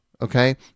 Okay